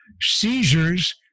seizures